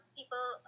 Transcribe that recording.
people